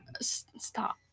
Stop